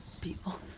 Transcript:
people